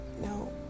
no